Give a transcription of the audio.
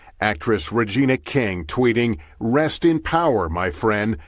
actress regina king tweeting rest in power my friend,